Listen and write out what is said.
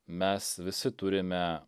mes visi turime